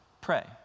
pray